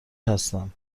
هستم